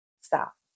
stop